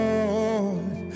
Lord